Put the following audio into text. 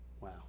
Wow